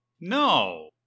No